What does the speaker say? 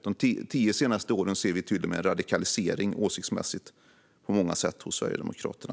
De tio senaste åren ser vi till och med en radikalisering åsiktsmässigt på många sätt hos Sverigedemokraterna.